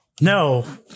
no